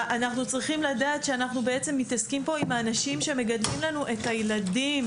אנחנו צריכים לדעת שאנחנו מתעסקים פה עם האנשים שמגדלים לנו את הילדים.